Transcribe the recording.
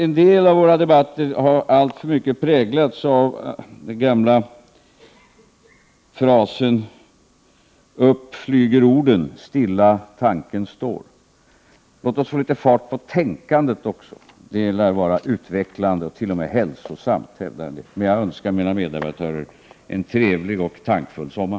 En del av våra debatter har alltför mycket präglats av den gamla frasen: ”Upp flyger orden, tanken stilla står.” Låt oss också få litet fart på tänkandet. Det lär vara utvecklande, och t.o.m. hälsosamt hävdar en del. Jag önskar mina meddebattörer en trevlig och tankfull sommar.